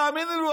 תאמינו לי,